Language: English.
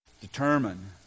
determine